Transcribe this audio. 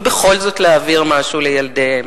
ובכל זאת להעביר משהו לילדיהם.